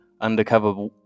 undercover